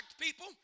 people